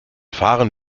fahren